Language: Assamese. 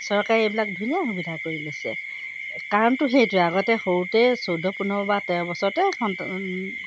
চৰকাৰে এইবিলাক ধুনীয়া সুবিধা কৰি লৈছে কাৰণটো সেইটোৱে আগতে সৰুতে চৈধ্য পোন্ধৰ বা তেৰ বছৰতে সন্তান